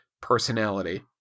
personality